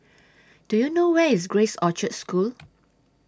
Do YOU know Where IS Grace Orchard School